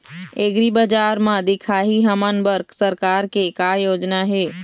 एग्रीबजार म दिखाही हमन बर सरकार के का योजना हे?